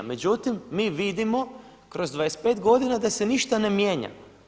Međutim, mi vidimo kroz 25 godina da se ništa ne mijenja.